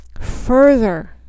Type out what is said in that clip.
further